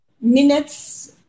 minutes